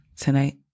tonight